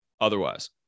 otherwise